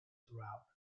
throughout